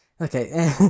Okay